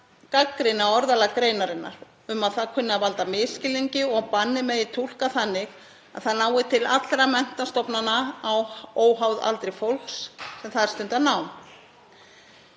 gagnrýni á orðalag greinarinnar, það kynni að valda misskilningi og að bannið megi túlka þannig að það nái til allra menntastofnana óháð aldri fólks sem þar stundar nám.